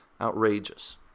Outrageous